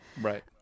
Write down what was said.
Right